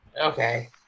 okay